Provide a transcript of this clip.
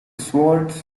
schwartz